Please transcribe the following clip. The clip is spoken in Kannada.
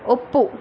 ಒಪ್ಪು